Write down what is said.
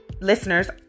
listeners